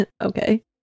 Okay